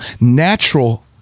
natural